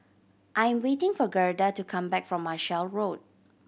I am waiting for Gerda to come back from Marshall Road